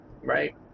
right